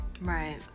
right